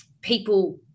people